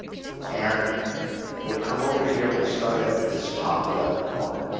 and we'll come over here, and we'll start up at this top left corner.